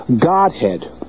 godhead